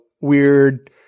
weird